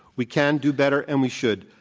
we can do better and we should.